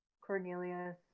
cornelius